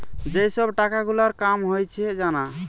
যেই সব টাকা গুলার কাম হয়েছে জানা